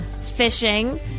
fishing